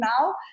now